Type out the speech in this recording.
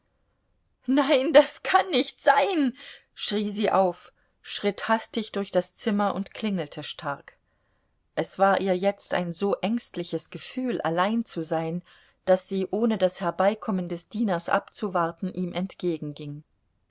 nein das kann nicht sein schrie sie auf schritt hastig durch das zimmer und klingelte stark es war ihr jetzt ein so ängstliches gefühl allein zu sein daß sie ohne das herbeikommen des dieners abzuwarten ihm